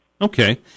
okay